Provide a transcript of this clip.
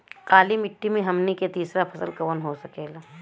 काली मिट्टी में हमनी के तीसरा फसल कवन हो सकेला?